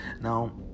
now